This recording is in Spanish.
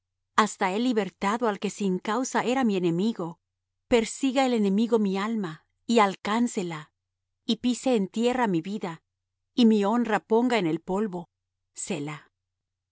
en mis manos iniquidad si dí mal pago al pacífico conmigo hasta he libertado al que sin causa era mi enemigo persiga el enemigo mi alma y alcánce la y pise en tierra mi vida y mi honra ponga en el polvo